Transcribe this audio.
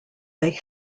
they